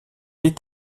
est